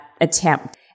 attempt